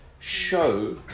Show